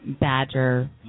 badger